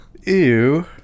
Ew